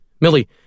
Millie